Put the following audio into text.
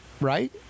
right